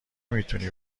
میتونی